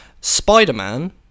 Spider-Man